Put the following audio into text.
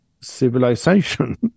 civilization